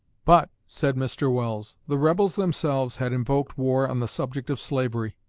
but, said mr. welles, the rebels themselves had invoked war on the subject of slavery,